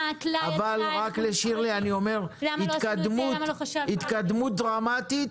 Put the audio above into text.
אני אומר שהתקדמות דרמטית